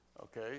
Okay